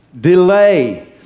Delay